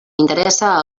interessa